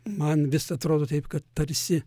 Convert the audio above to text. man vis atrodo taip kad tarsi